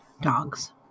Dogs